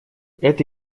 это